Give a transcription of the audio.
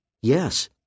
Yes